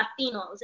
Latinos